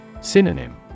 Synonym